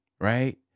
right